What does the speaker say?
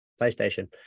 PlayStation